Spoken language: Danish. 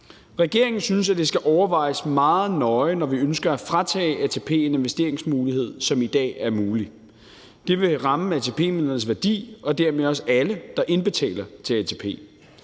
Regeringen synes, det skal overvejes meget nøje, når vi ønsker at fratage ATP en investeringsmulighed, som i dag er mulig. Det vil ramme ATP-midlernes værdi og dermed også alle, der indbetaler til ATP.